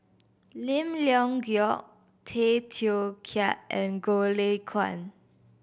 Lim Leong Geok Tay Teow Kiat and Goh Lay Kuan